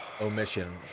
omission